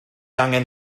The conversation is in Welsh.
angen